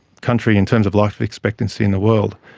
country in terms of life expectancy in the world,